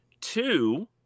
two